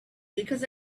stumbling